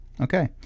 Okay